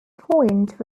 point